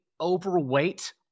overweight